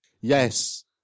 Yes